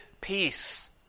peace